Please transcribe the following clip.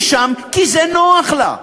היא שם כי זה נוח לה,